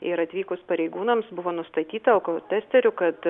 ir atvykus pareigūnams buvo nustatyta alkotesteriu kad